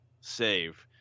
save